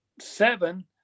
seven